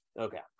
okay